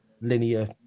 linear